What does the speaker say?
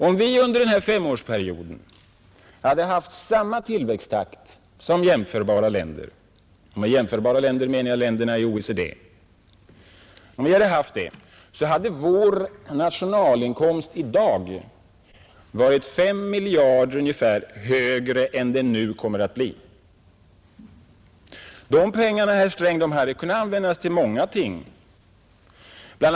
Om vi under denna femårsperiod hade haft samma tillväxttakt som dem — och med jämförbara länder menar jag länderna i OECD — hade vår nationalinkomst i dag varit ungefär 5 miljarder kronor högre än den nu kommer att bli. De pengarna, herr Sträng, hade kunnat användas till många ting. Bl.